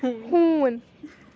ہوٗن